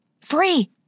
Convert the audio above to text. Free